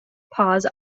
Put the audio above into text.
pause